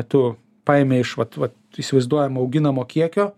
tu paėmei iš vat vat įsivaizduojamo auginamo kiekio